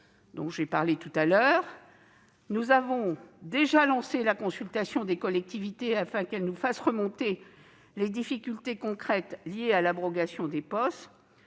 du PLU par un décret. Nous avons déjà lancé la consultation des collectivités afin qu'elles nous fassent remonter les difficultés concrètes liées à l'abrogation des POS.